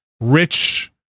rich